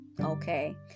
okay